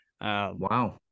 wow